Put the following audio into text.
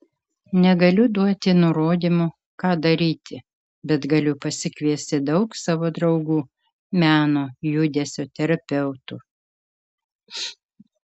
negaliu duoti nurodymų ką daryti bet galiu pasikviesti daug savo draugų meno judesio terapeutų